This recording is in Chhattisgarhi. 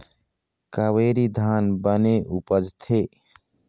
कावेरी धान बने उपजथे?